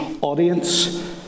audience